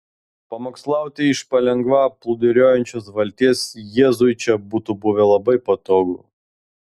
pamokslauti iš palengva plūduriuojančios valties jėzui čia būtų buvę labai patogu